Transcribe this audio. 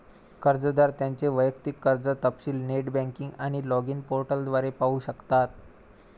कर्जदार त्यांचे वैयक्तिक कर्ज तपशील नेट बँकिंग आणि लॉगिन पोर्टल द्वारे पाहू शकतात